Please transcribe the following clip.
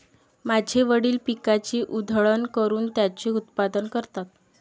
माझे वडील पिकाची उधळण करून त्याचे उत्पादन करतात